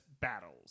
battles